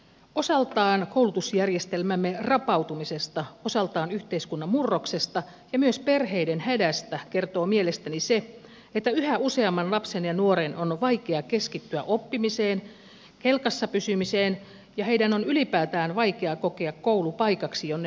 osaltaan koulutusjärjestelmämme rapautumisesta osaltaan yhteiskunnan murroksesta ja myös perheiden hädästä kertoo mielestäni se että yhä useamman lapsen ja nuoren on vaikea keskittyä oppimiseen kelkassa pysymiseen ja heidän on ylipäätään vaikea kokea koulu paikaksi jonne on mukava mennä